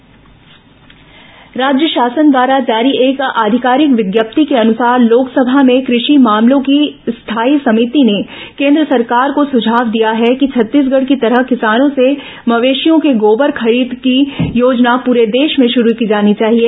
लोकसभा गोधन न्याय योजना राज्य शासन द्वारा जारी एक आधिकारिक विज्ञप्ति के अनुसार लोकसभा में कृषि मामलों की स्थायी समिति ने केन्द्र सरकार को सुझाव दिया है कि छत्तीसगढ़ की तरह किसानों से मवेशियों के गोबर खरीद की योजना पूरे देश में शुरू की जानी चाहिए